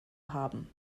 haben